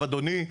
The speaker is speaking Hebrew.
אדוני,